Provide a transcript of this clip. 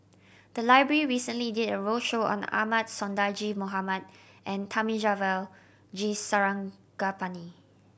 the library recently did a roadshow on Ahmad Sonhadji Mohamad and Thamizhavel G Sarangapani